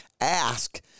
ask